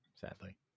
sadly